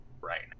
right